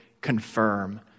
confirm